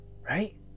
Right